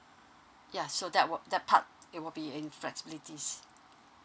yeah so that part it will be in flexibilities